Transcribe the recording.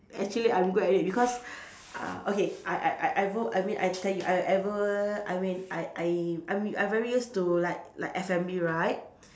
actually I'm good at it because uh okay I I I I will I mean I tell you I ever I mean I I I'm I'm very used to like like F&B right